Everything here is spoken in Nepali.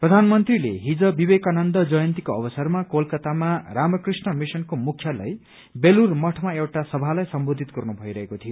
प्रधानमन्त्रीले हिज विवेकानन्द जयन्तीको अवसरमा कलकतामा रामकृष्ण मिशनको मुख्यालय बेलूर मठमा एउटा सभालाई सम्बोधित गर्नु भइरहेको थियो